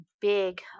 big